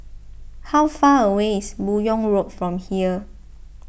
how far away is Buyong Road from here